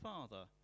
Father